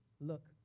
look